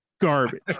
garbage